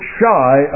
shy